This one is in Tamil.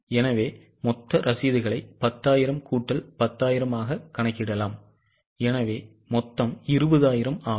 எனவே மொத்த ரசீதுகளை 10000 கூட்டல் 10000 ஆக கணக்கிடலாம் எனவே மொத்தம் 20000 ஆகும்